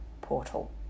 portal